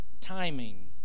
timing